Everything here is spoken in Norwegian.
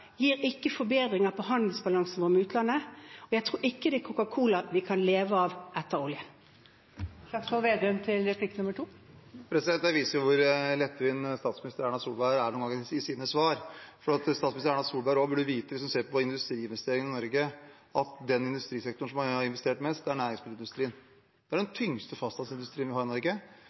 gir ikke forbedringer i handelsbalansen med utlandet. Jeg tror ikke det er Coca Cola vi kan leve av etter oljen. Dette viser hvor lettvint statsminister Erna Solberg noen ganger er i sine svar. Statsminister Solberg burde vite, hvis hun ser på industriinvesteringer i Norge, at den industrisektoren det er investert mest i, er næringsmiddelindustrien. Det er den tyngste fastlandsindustrien vi har i Norge.